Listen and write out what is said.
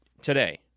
today